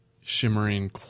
shimmering